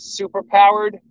superpowered